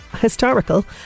historical